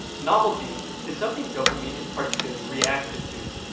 novelty is something dopamine is particularly reactive to.